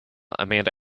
amanda